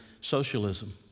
socialism